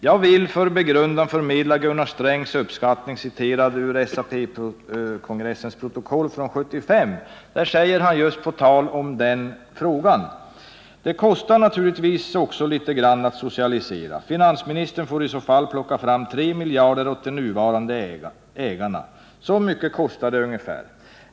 Jag vill för begrundan förmedla Gunnar Strängs uppskattning, citerad ur SAP:s kongress protokoll från 1975. Han säger på tal om just den frågan: ”Det kostar naturligtvis också litet grand att socialisera. Finansministern får i så fall plocka fram 3 miljarder åt de nuvarande ägarna. Så mycket kostar det ungefär.